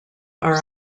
are